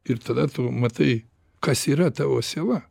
ir tada tu matai kas yra tavo siela